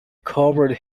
covered